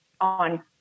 on